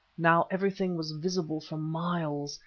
now everything was visible for miles,